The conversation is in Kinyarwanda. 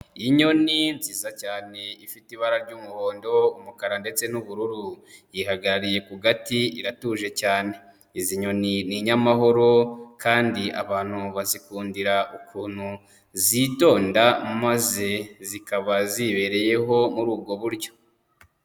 Inyoni nziza cyane ifite ibara ry'umuhondo, umukara ndetse n'ubururu, yihagarariye ku gati iratuje cyane, izi nyoni ni inyamahoro kandi abantu bazikundira ukuntu zitonda maze zikaba zibereyeho muri ubwo buryo.